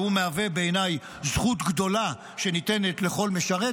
שהוא מהווה בעיניי זכות גדולה שניתנת לכל משרת,